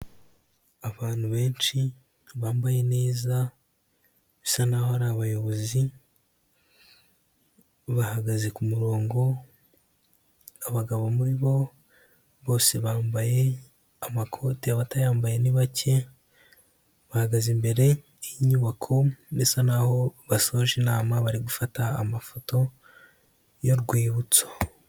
Abantu benshi bambaye neza, bisa naho ari abayobozi bahagaze ku murongo, abagabo muri bo bose bambaye amakote, abatayambaye ni bake, bahagaze imbere y'inyubako bisa naho basoje inama, bari gufata amafoto y'urwibutso.